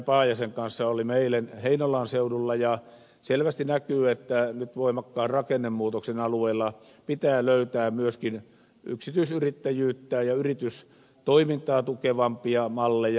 paajasen kanssa olimme eilen heinolan seudulla ja selvästi näkyy että nyt voimakkaan rakennemuutoksen alueilla pitää löytää myöskin yksityisyrittäjyyttä ja yritystoimintaa tukevampia malleja